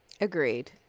Agreed